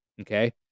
Okay